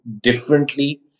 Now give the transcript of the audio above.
differently